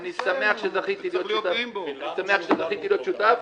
אני שמח שזכיתי להיות שותף.